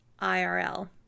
IRL